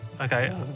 Okay